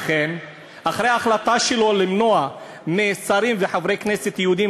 לכן אחרי החלטה שלו למנוע משרים ומחברי כנסת יהודים